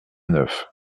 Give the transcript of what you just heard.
neuf